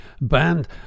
Band